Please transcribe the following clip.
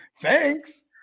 thanks